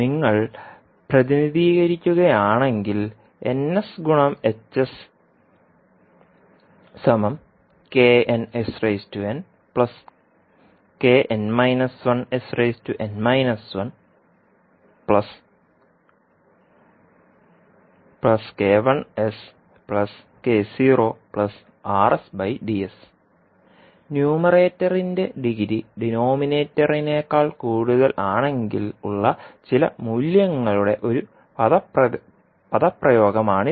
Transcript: നിങ്ങൾ പ്രതിനിധീകരിക്കുകയാണെങ്കിൽ ന്യൂമറേറ്ററിന്റെ ഡിഗ്രി ഡിനോമിനേറ്ററിനേക്കാൾ കൂടുതലാണെങ്കിൽ ഉള്ള ചില മൂല്യങ്ങളുടെ ഒരു പദപ്രയോഗം ആണിത്